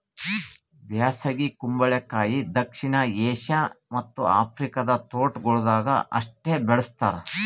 ಬ್ಯಾಸಗಿ ಕುಂಬಳಕಾಯಿ ದಕ್ಷಿಣ ಏಷ್ಯಾ ಮತ್ತ್ ಆಫ್ರಿಕಾದ ತೋಟಗೊಳ್ದಾಗ್ ಅಷ್ಟೆ ಬೆಳುಸ್ತಾರ್